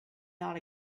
not